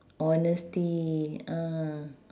honesty ah